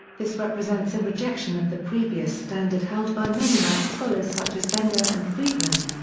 this represents a rejection of the previous standard held by mennonite scholars such as bender and friedmann.